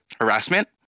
harassment